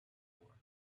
war